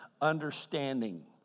understanding